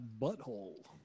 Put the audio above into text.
butthole